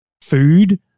food